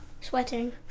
Sweating